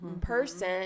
person